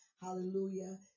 Hallelujah